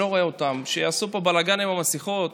לא רואה אותם, שיעשו פה בלגן עם המסכות.